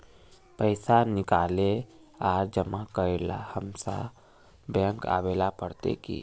पैसा निकाले आर जमा करेला हमेशा बैंक आबेल पड़ते की?